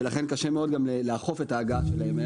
ולכן קשה מאוד לאכוף את ההגעה שלהם.